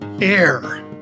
air